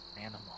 animal